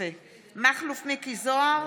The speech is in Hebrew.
מכלוף מיקי זוהר,